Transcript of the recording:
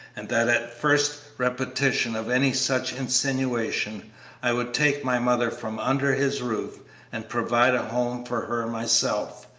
and that first repetition of any such insinuation i would take my mother from under his roof and provide a home for her myself.